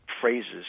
phrases